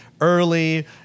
early